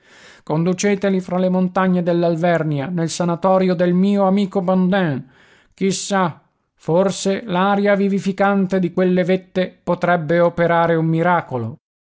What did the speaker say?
conduceteli fra le montagne dell'alvernia nel sanatorio del mio amico bandin chissà forse l'aria vivificante di quelle vette potrebbe operare un miracolo